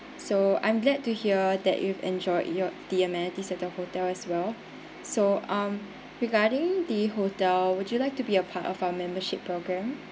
so I'm glad to hear that you enjoy your the amenities at the hotel as well so um regarding the hotel would you like to be a part of our membership program